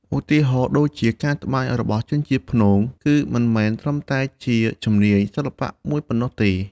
ឧទាហរណ៍ដូចជា ការត្បាញរបស់ជនជាតិព្នង គឺមិនមែនត្រឹមតែជាជំនាញសិល្បៈមួយប៉ុណ្ណោះទេ។